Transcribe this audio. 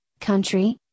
country